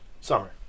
Summer